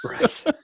right